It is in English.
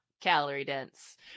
calorie-dense